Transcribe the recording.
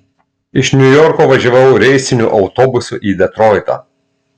iš niujorko važiavau reisiniu autobusu į detroitą